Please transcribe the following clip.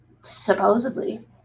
Supposedly